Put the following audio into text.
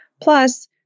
Plus